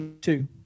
two